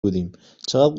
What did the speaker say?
بودیم، چقد